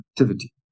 activity